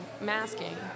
masking